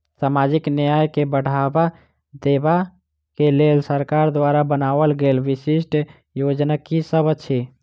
सामाजिक न्याय केँ बढ़ाबा देबा केँ लेल सरकार द्वारा बनावल गेल विशिष्ट योजना की सब अछि?